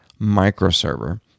Microserver